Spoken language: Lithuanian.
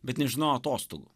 bet nežinojo atostogų